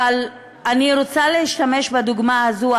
אבל אני רוצה להשתמש בדוגמה הזאת.